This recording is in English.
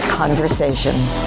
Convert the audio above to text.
conversations